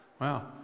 Wow